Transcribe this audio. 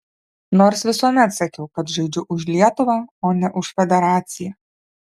nors visuomet sakiau kad žaidžiu už lietuvą o ne už federaciją